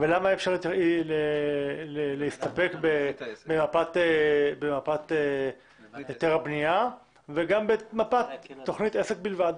ולמה אי אפשר להסתפק במפת היתר הבנייה וגם במפת תוכנית עסק בלבד.